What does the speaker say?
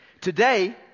Today